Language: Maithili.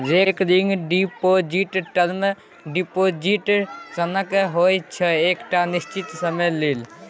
रेकरिंग डिपोजिट टर्म डिपोजिट सनक होइ छै एकटा निश्चित समय लेल